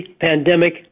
pandemic